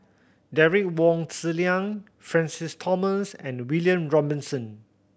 Derek Wong Zi Liang Francis Thomas and William Robinson